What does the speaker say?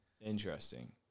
Interesting